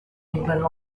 england